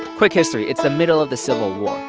quick history it's the middle of the civil war.